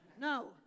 No